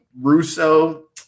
Russo